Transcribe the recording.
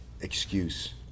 excuse